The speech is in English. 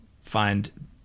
find